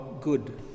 good